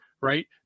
right